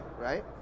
right